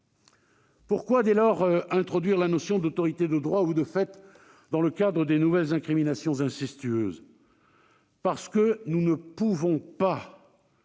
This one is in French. Pourquoi dès lors introduire la notion d'autorité de droit ou de fait dans le cadre des nouvelles incriminations incestueuses ? C'est parce que, en dehors des